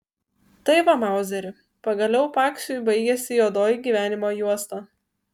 tai va mauzeri pagaliau paksiui baigėsi juodoji gyvenimo juosta